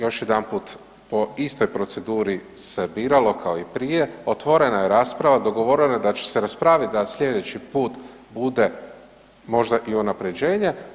Još jedanput, po istoj proceduri se biralo kao i prije, otvorena je rasprava, dogovoreno je da će se raspravit da slijedeći put bude možda i unaprjeđenje.